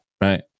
right